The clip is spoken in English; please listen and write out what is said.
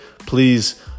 Please